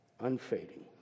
unfading